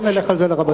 לא נלך על זה לרבנות.